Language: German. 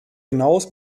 hinaus